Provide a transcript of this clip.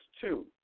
two